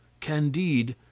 candide,